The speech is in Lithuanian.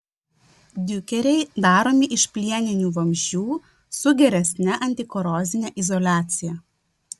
diukeriai daromi iš plieninių vamzdžių su geresne antikorozine izoliacija